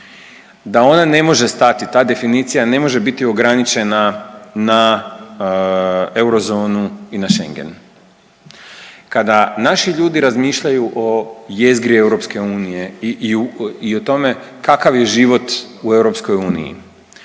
da ona ne može stati, ta definicija ne može biti ograničena na eurozonu i na Schengen. Kada naši ljudi razmišljaju o jezgri EU i o tome kakav je život u EU onda